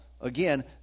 Again